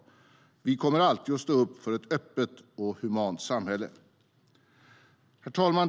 Vi kommer alltid att stå upp för ett öppet och humant samhälle. Herr talman!